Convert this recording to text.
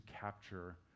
capture